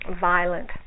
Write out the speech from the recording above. violent